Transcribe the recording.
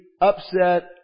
upset